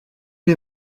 les